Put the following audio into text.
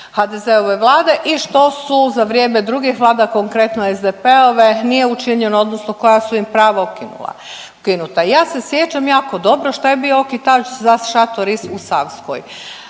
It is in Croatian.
HDZ-ove vlade i što su za vrijeme drugih vlada, konkretno, SDP-ove nije učinjeno, odnosno koja su im prava ukinula. Ukinuta. Ja se sjećam jako dobro šta je bio okidač za šator u Savskoj.